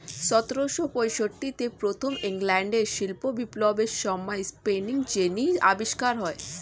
সতেরোশো পঁয়ষট্টিতে প্রথম ইংল্যান্ডের শিল্প বিপ্লবের সময়ে স্পিনিং জেনি আবিষ্কার হয়